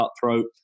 cutthroat